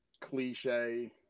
cliche